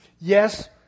Yes